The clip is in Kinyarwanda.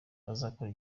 bazakora